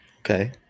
Okay